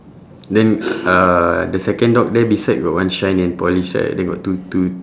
then uh the second dog there beside got one shine and polish right then got two two